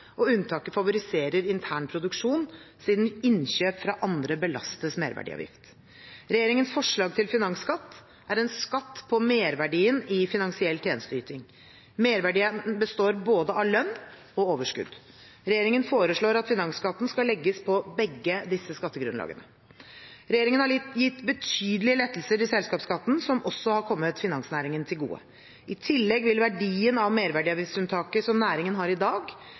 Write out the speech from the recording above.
og unntaket favoriserer intern produksjon siden innkjøp fra andre belastes merverdiavgift. Regjeringens forslag til finansskatt er en skatt på merverdien i finansiell tjenesteyting. Merverdien består av både lønn og overskudd. Regjeringen foreslår at finansskatten skal legges på begge disse skattegrunnlagene. Regjeringen har gitt betydelige lettelser i selskapsskatten, som også har kommet finansnæringen til gode. I tillegg vil verdien av merverdiavgiftsunntaket som næringen har i dag,